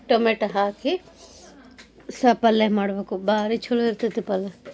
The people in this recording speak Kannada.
ಟೊಮೆಟೊ ಹಾಕಿ ಸ ಪಲ್ಯ ಮಾಡಬೇಕು ಭಾರಿ ಛಲೋ ಇರ್ತೈತಿ ಪಲ್ಯ